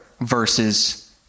versus